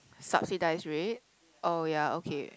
subsidised rate oh ya okay